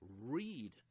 Read